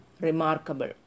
remarkable